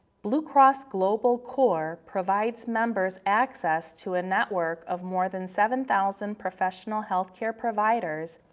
blue cross global core provides members access to a network of more than seven thousand professional healthcare providers,